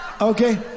Okay